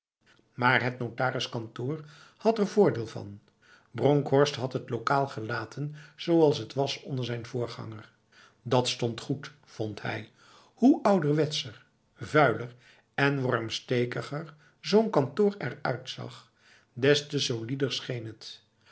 maar het notariskantoor had er voordeel van bronkhorst had het lokaal gelaten zoals het was onder zijn voorganger dat stond goed vond hij hoe ouderwetser vuiler en wormstekiger zo'n kantoor eruitzag des te solider scheen het